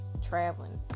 Traveling